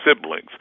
siblings